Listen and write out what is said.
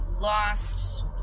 lost